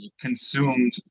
consumed